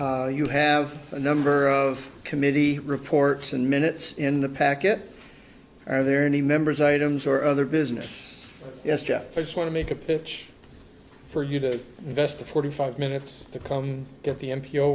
you have a number of committee reports and minutes in the packet are there any members items or other business yes jeff i just want to make a pitch for you to invest the forty five minutes to come get the